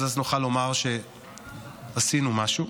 אז נוכל לומר שעשינו משהו.